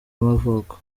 y’amavuko